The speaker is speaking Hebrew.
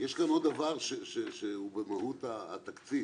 יש פה עוד דבר שהוא במהות התקציב.